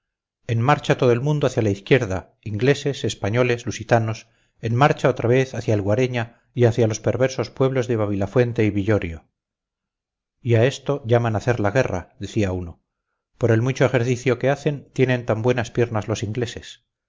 en marcha todo el mundo hacia la izquierda ingleses españoles lusitanos en marcha otra vez hacia el guareña y hacia los perversos pueblos de babilafuente y villorio y a esto llaman hacer la guerra decía uno por el mucho ejercicio que hacen tienen tan buenas piernas los ingleses